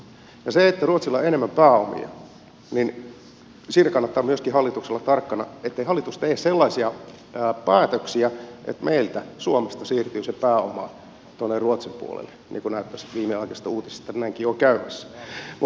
ja kun ruotsilla on enemmän pääomia kannattaa myöskin hallituksen olla tarkkana siitä ettei hallitus tee sellaisia päätöksiä että meiltä suomesta siirtyy se pääoma tuonne ruotsin puolelle kun näyttäisi viimeaikaisista uutisista että näinkin on käymässä